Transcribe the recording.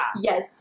Yes